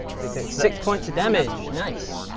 six six points of damage nice.